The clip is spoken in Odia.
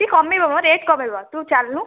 ସିଏ କମିବ ମ ରେଟ କମେଇବ ତୁ ଚାଲୁନୁ